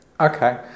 Okay